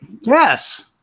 Yes